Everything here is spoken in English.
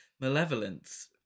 malevolence